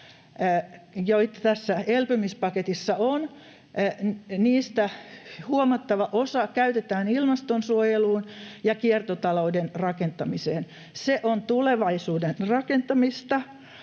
joita tässä elpymispaketissa on, huomattava osa käytetään ilmastonsuojeluun ja kiertotalouden rakentamiseen. Se on tulevaisuuden rakentamista.